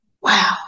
Wow